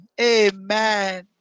Amen